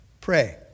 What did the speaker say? pray